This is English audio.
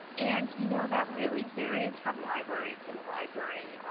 and you know that really varies from library to and library.